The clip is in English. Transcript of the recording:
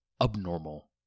abnormal